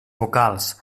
vocals